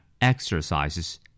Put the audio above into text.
exercises